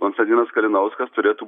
konstantinas kalinauskas turėtų